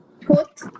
Put